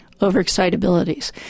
overexcitabilities